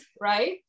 right